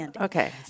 Okay